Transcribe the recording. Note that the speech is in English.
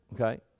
okay